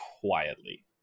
quietly